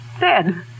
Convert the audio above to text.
Dead